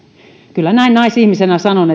kyllä näin naisihmisenä sanon